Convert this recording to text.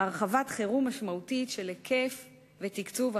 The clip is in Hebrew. הרחבת חירום משמעותית של ההיקף והתקצוב של